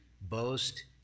boast